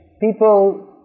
people